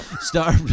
Start